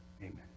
Amen